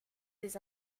des